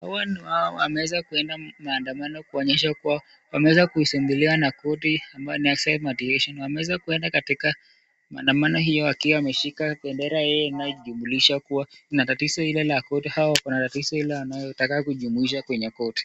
Hawa na wao wameweza kuenda maandamano kuonyesha kuwa wameweza kuisumbuliwa na koti ambayo inasema ati. Wameweza kuenda katika maandamano hiyo wakiwa wameshika bendera inayo jumulisha kuwa kuna tatizo hilo la koti au kuna tatizo ambayo wanataka kusuluhisha chini ya koti.